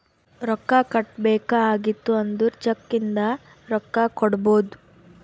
ರೊಕ್ಕಾ ಕೊಡ್ಬೇಕ ಆಗಿತ್ತು ಅಂದುರ್ ಚೆಕ್ ಇಂದ ರೊಕ್ಕಾ ಕೊಡ್ಬೋದು